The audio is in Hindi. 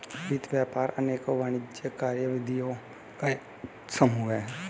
वित्त व्यापार अनेकों वाणिज्यिक कार्यविधियों का एक समूह है